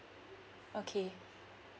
okay